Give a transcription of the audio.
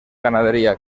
ganadería